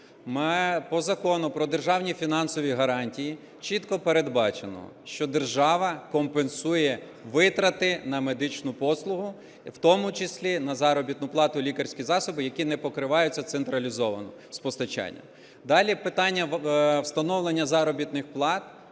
По Закону про державні фінансові гарантії чітко передбачено, що держава компенсує витрати на медичну послугу, в тому числі на заробітну плату і лікарські засоби, які не покриваються централізовано з постачання. Далі. Питання встановлення заробітних плат